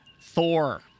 Thor